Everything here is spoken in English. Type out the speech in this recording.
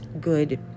good